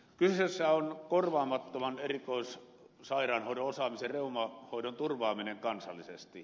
kyseessä on korvaamattoman erikoissairaanhoidon osaamisen reumahoidon turvaaminen kansallisesti